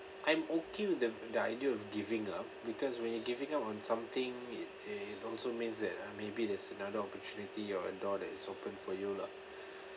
I'm okay with the the idea of giving up because when you're giving up on something it it also means that ah maybe there's another opportunity or a door that is open for you lah